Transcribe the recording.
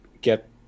get